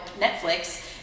Netflix